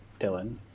Dylan